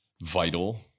vital